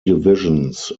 divisions